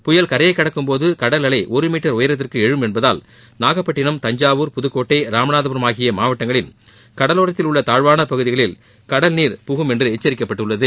புயல் கரையை கடக்கும் போது கடல் அலை ஒரு மீட்டர் உயரத்துக்கு எழும் என்பதால் நாகபட்டினம் தஞ்சாவூர் புதக்கோட்டை ராமநாதபுரம் ஆகிய மாவட்டங்களில் கடலோரத்தில் உள்ள தாழ்வான பகுதிகளில் கடல்நீர் புகும் என்று எச்சரிக்கப்பட்டுள்ளது